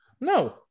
No